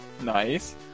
Nice